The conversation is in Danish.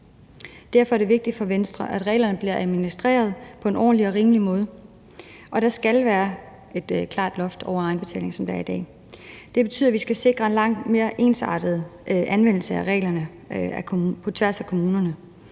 Derfor er det vigtigt for Venstre, at reglerne bliver administreret på en ordentlig og rimelig måde, og at der skal være et klart loft over egenbetalingen, som der er i dag. Det betyder, at vi skal sikre en langt mere ensartet anvendelse af reglerne på tværs af kommunerne.